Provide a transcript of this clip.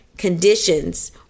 conditions